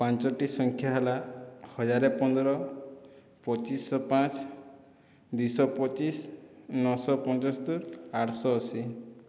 ପାଞ୍ଚଟି ସଂଖ୍ୟା ହେଲା ହଜାର ପନ୍ଦର ପଚିଶଶହ ପାଞ୍ଚ ଦୁଇଶହ ପଚିଶ ନଅଶହ ପଞ୍ଚସ୍ତୋରି ଆଠଶହ ଅଶୀ